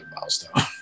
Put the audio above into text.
milestone